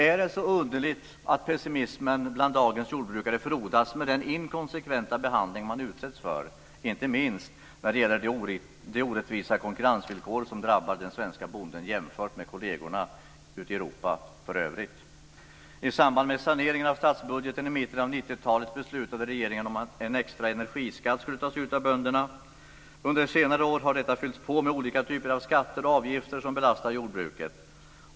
Är det så underligt att pessimismen bland dagens jordbrukare frodas, med den inkonsekventa behandling man utsätts för - inte minst när det gäller de orättvisa konkurrensvillkor som drabbar den svenske bonden jämfört med kollegerna ute i övriga Europa? I samband med saneringen av statsbudgeten i mitten av 90-talet beslutade regeringen att en extra energiskatt skulle tas ut av bönderna. Under senare år har detta fyllts på med olika typer av skatter och avgifter som belastar jordbruket.